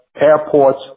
airports